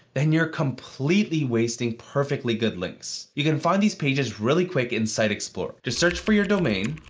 then you're completely wasting perfectly good links. you can find these pages really quick in site explorer. just search for your domain.